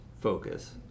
focus